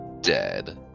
dead